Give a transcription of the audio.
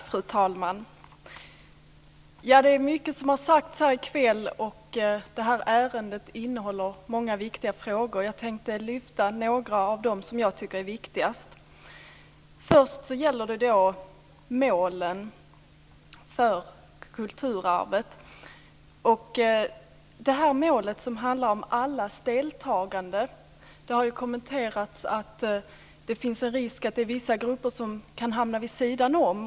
Fru talman! Det är mycket som har sagts här i kväll, och det här ärendet innehåller många viktiga frågor. Jag tänkte lyfta fram några av de frågor som jag tycker är viktigast. Först gäller det målen för kulturarvet. När det gäller det mål som handlar om allas deltagande har sagts att det finns en risk att vissa grupper kan hamna vid sidan om.